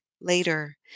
later